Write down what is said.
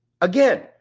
Again